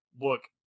Look